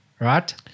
Right